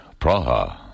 Praha